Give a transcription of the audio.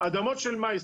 האדמות של מייסר.